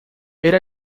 era